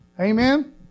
Amen